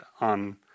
on